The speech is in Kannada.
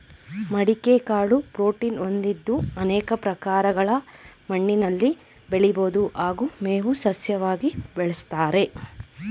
ಮಡಿಕೆ ಕಾಳು ಪ್ರೋಟೀನ್ ಹೊಂದಿದ್ದು ಅನೇಕ ಪ್ರಕಾರಗಳ ಮಣ್ಣಿನಲ್ಲಿ ಬೆಳಿಬೋದು ಹಾಗೂ ಮೇವು ಸಸ್ಯವಾಗಿ ಬೆಳೆಸ್ತಾರೆ